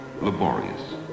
laborious